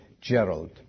Gerald